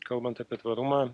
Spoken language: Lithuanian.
kalbant apie tvarumą